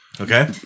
Okay